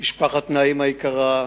משפחת נעים היקרה,